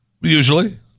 Usually